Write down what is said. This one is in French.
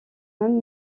même